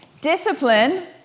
Discipline